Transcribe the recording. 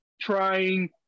trying